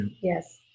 yes